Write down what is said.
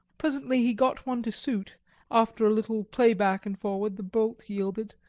presently he got one to suit after a little play back and forward the bolt yielded,